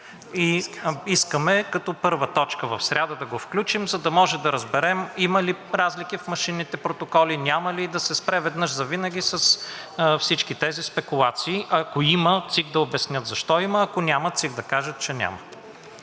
Искаме като т. 1 в сряда да го включим, за да можем да разберем има ли разлики в машинните протоколи, няма ли и да се спре веднъж завинаги с всички тези спекулации – ако има, ЦИК да обяснят защо има, ако няма, ЦИК да каже, че няма.